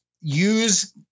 Use